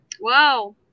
Wow